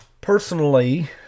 Personally